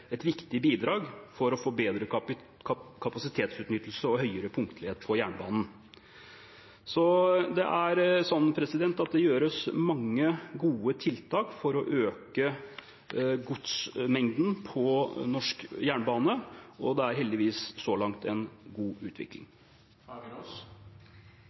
et viktig bidrag for å få bedre kapasitetsutnyttelse og høyere punktlighet på jernbanen. Det gjøres mange gode tiltak for å øke godsmengden på norsk jernbane, og det er heldigvis en god utvikling så langt.